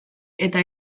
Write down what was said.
eta